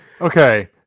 Okay